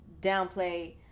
downplay